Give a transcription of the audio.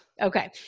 Okay